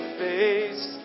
face